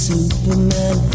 Superman